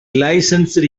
licensed